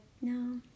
no